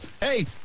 hey